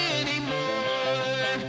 anymore